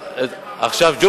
רק אל,